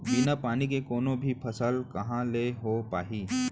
बिना पानी के कोनो भी फसल कहॉं ले हो पाही?